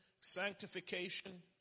sanctification